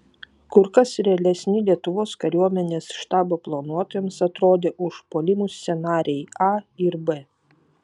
kur kas realesni lietuvos kariuomenės štabo planuotojams atrodė užpuolimų scenarijai a ir b